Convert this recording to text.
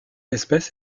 espèce